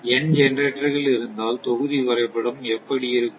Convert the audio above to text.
n ஜெனரேட்டர்கள் இருந்தால் தொகுதி வரைபடம் எப்படி இருக்கும்